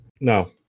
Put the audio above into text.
no